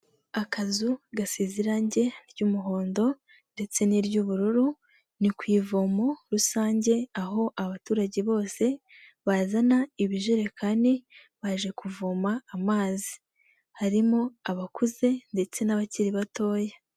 Akazu gasize irange ry'umuhondo ndetse n'iry'ubururu, ni ku ivomo rusange aho abaturage bose bazana ibijerekani baje kuvoma amazi, harimo abakuze ndetse n'abakiri batoya.